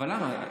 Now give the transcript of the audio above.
אבל למה?